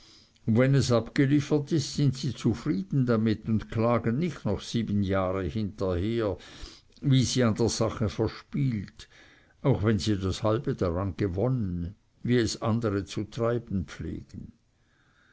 wenn es abgeliefert ist sind sie zufrieden damit und klagen nicht noch sieben jahre hinterher wie sie an der sache verspielt auch wenn sie das halbe daran gewonnen wie es andere zu treiben pflegen